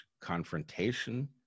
confrontation